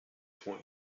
von